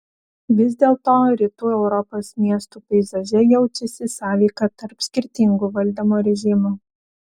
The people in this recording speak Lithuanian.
vis dėlto rytų europos miestų peizaže jaučiasi sąveika tarp skirtingų valdymo režimų